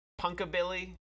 punkabilly